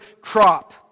crop